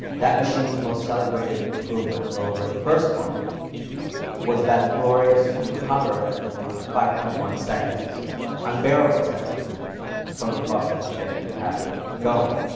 that machine's most celebrated improvement over the first one was that glorious new cover that removed five point one seconds unbearable seconds from the process of getting the tablet going.